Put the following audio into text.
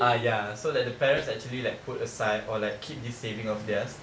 ah ya so like their parents actually like put aside or keep this savings of theirs